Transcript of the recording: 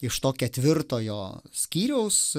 iš to ketvirtojo skyriaus